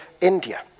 India